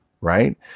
Right